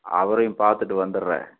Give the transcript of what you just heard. அவரையும் பார்த்துட்டு வந்துவிட்றேன்